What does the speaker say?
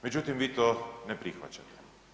Međutim, vi to ne prihvaćate.